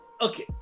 Okay